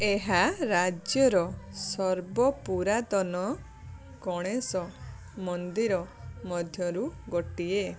ଏହା ରାଜ୍ୟର ସର୍ବପୁରାତନ ଗଣେଶ ମନ୍ଦିର ମଧ୍ୟରୁ ଗୋଟିଏ